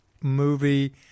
movie